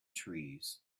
trees